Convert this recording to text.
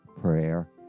prayer